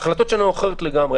ההחלטות שלנו אחרות לגמרי.